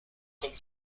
comme